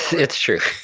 it's true.